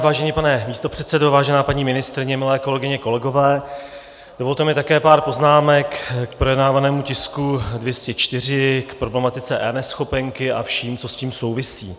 Vážený pane místopředsedo, vážená paní ministryně, milé kolegyně, kolegové, dovolte mi také pár poznámek k projednávanému tisku 204 k problematice eNeschopenky a všemu, co s tím souvisí.